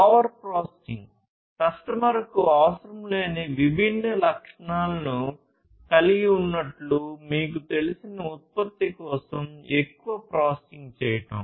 over processing కస్టమర్కు అవసరం లేని విభిన్న లక్షణాలను కలిగి ఉన్నట్లు మీకు తెలిసిన ఉత్పత్తి కోసం ఎక్కువ ప్రాసెసింగ్ చేయడం